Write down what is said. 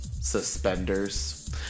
suspenders